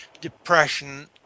depression